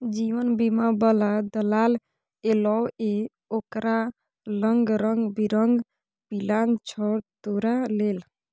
जीवन बीमा बला दलाल एलौ ये ओकरा लंग रंग बिरंग पिलान छौ तोरा लेल